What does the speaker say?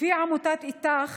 לפי עמותת איתך,